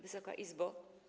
Wysoka Izbo!